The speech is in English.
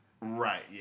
Right